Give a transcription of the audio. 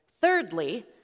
thirdly